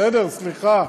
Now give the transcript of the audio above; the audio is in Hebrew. בסדר, סליחה.